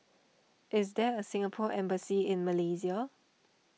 is there a Singapore Embassy in Malaysia